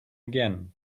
again